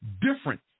different